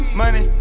money